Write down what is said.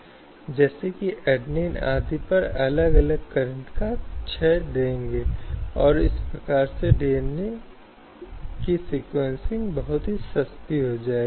संदर्भसमय को देखें 2413 लेकिन महिलाओं के संबंध में ऐसा कुछ है जो व्यवहार का अस्वीकार्य रूप है और इसलिए निश्चित रूप से यौन उत्पीड़न की परिभाषा को योग्य बनाता है